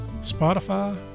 Spotify